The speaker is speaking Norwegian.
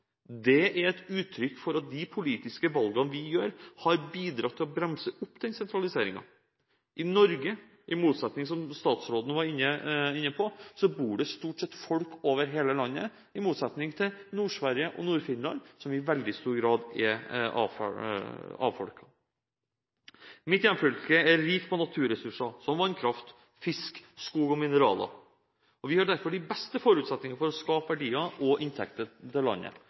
bidratt til å bremse den sentraliseringen. Som statsråden var inne på, bor det i Norge stort sett folk over hele landet, i motsetning til i f.eks. Nord-Sverige og Nord-Finland, der det i veldig stor grad er avfolket. Mitt hjemfylke er rikt på naturressurser som vann, fisk, skog og mineraler. Vi har derfor de beste forutsetninger for å skape verdier og inntekter til landet